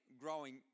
growing